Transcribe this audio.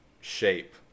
shape